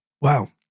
Wow